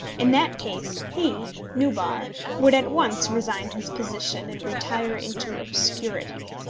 in that case he, nubar, would at once resign his position, and retire into obscurity.